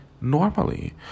normally